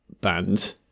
band